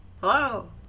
Hello